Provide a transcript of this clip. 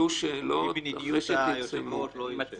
לפי מדיניות היו"ר לא יהיו שאלות.